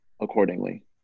Accordingly